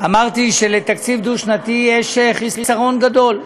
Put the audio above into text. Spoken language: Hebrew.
אמרתי שלתקציב דו-שנתי יש חיסרון גדול,